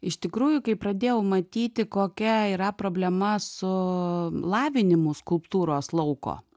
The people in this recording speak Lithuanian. iš tikrųjų kai pradėjau matyti kokia yra problema su lavinimu skulptūros lauko